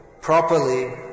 properly